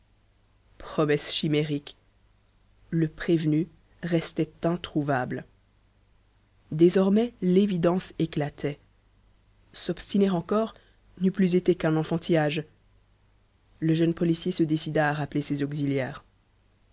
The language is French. promesses chimériques le prévenu restait introuvable désormais l'évidence éclatait s'obstiner encore n'eût plus été qu'un enfantillage le jeune policier se décida à rappeler ses auxiliaires